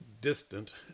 distant